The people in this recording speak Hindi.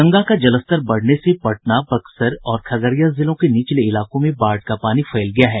गंगा का जलस्तर बढ़ने से पटना बक्सर और खगडिया जिलों के निचले इलाकों में बाढ़ का पानी फैल गया है